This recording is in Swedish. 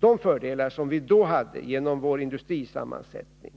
De fördelar som vi då hade genom vår industrisammansättning